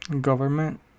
government